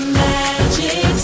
magic